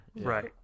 right